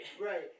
Right